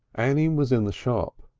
annie was in the shop.